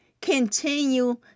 continue